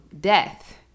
death